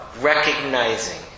recognizing